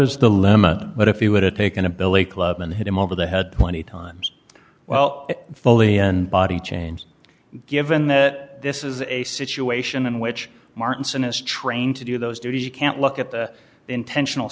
is the limit but if you would have taken a billy club and hit him over the head twenty times well fully and body change given that this is a situation in which martin sinister trained to do those duties you can't look at the intentional